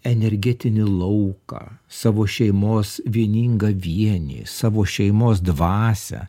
energetinį lauką savo šeimos vieningą vienį savo šeimos dvasią